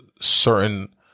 certain